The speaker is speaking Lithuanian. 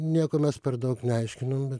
nieko mes per daug neaiškinom bet